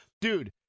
Dude